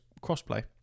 cross-play